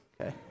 okay